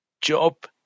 Job